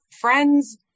friends